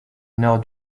nord